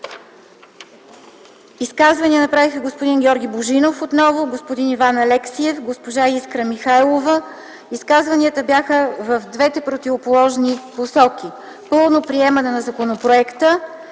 Изказвания направиха отново господин Георги Божинов, господин Иван Алексиев, госпожа Искра Михайлова. Изказванията бяха в двете противоположни посоки – пълно приемане на законопроекта